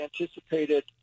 anticipated